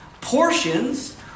portions